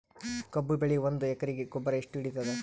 ಕಬ್ಬು ಬೆಳಿ ಒಂದ್ ಎಕರಿಗಿ ಗೊಬ್ಬರ ಎಷ್ಟು ಹಿಡೀತದ?